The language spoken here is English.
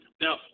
Now